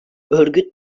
örgüt